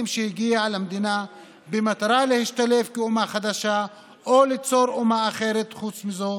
שהגיע למדינה במטרה להשתלב כאומה חדשה או ליצור אומה אחרת חוץ מזו